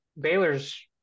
Baylor's –